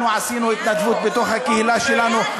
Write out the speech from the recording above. אנחנו עשינו התנדבות בתוך הקהילה שלנו.